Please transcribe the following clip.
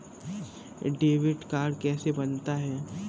Debit card कैसे बनता है?